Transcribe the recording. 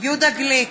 יהודה גליק,